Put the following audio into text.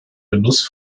genuss